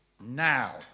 now